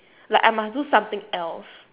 like I must do something else